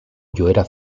joera